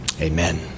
Amen